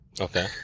Okay